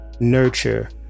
Nurture